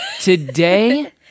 Today